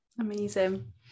Amazing